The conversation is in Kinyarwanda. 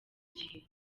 gihe